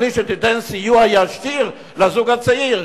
בלי שתיתן סיוע ישיר לזוג הצעיר,